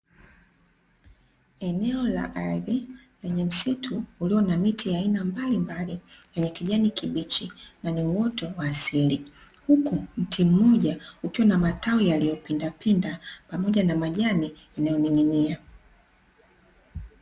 Eneo la ardhi, lenye msitu ulio na miti ya aina mbalimbali, yenye kijani kibichi, na ni uoto wa asili. Huku mti mmoja ukiwa na matawi yaliyopindapinda, pamoja na majani yanayoning’inia.